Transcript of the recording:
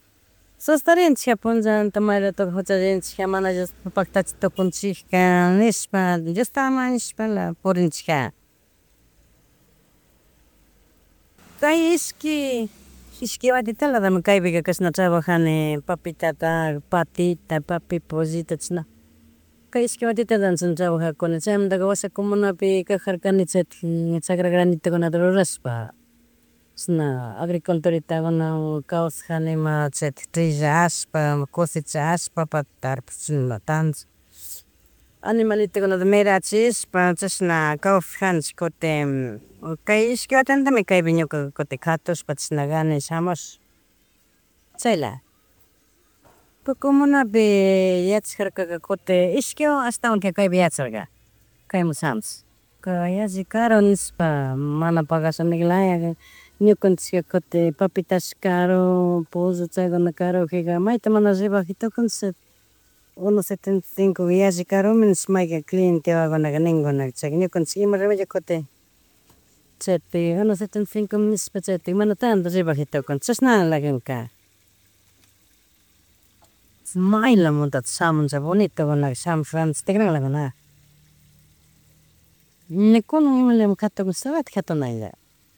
Shustarinchikka punllanta mayratoka juchallinchika mana Dios paktachikunchika nishpa. Diosta mañashpala purinchikja. Kay ishki, ishki kapika cashna trabajani, papitata, patita, papi pollituta chashna kay ishki watitalata chashna trabajakuni chaymutaka wsaha comunapika kajarkanai, chaytik ña chagra granitukuna rurashpa chashna agriculturitakunawan kawsajarkanima chaytik trillashpa kushichshpa papa tarpush chishna tandash animalitukunata mirachishpa, chashna kawsajanchik kutin kay ishki kaypika ñukaka katushpa chishna kani shamush chayla. Comunapi yachakjarkaka kutin ishki wawa ashtawan kapika yacharka kaymun shamush, yalli karu nishpa mana pagash nilaya kan ñukanchik, kutin papitash karu pollo chaykuna karugajika mayta mana rebajaitucunchik uno setenta y cinco, yalli karumi nish mayjinka cliente wawakunaka nenkunaka. Ñukanchik ima ruranchik kutin chayti uno setenta y cinco mi nishpa chaytik mana tanto rebajaytukunchik chashnalakaka. Maylamantatish samuncha bonitokunaka, shamush randish, tikranlakunaka ne kunan imalayami katugunsatik jatunaka